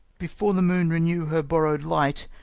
before the moon renew her borrow'd light,